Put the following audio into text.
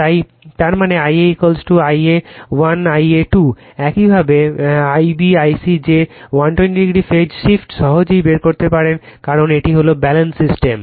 তাই তার মানে I a I a 1 I a 2 এবং একইভাবে I b I c যে 120 o ফেজ শিফট সহজেই বের করতে পারে কারণ এটি হল ব্যালেন্সড সিস্টেম